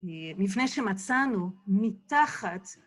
לפני שמצאנו, מתחת...